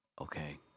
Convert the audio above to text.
Okay